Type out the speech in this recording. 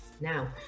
Now